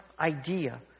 idea